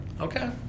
okay